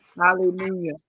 Hallelujah